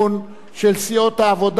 העבודה ומרצ,